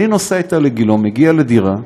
אני נוסע אתה לגילה, מגיע לדירה,